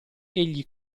egli